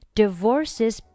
divorces